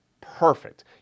perfect